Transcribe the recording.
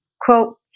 quote